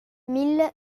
mille